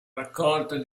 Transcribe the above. raccolta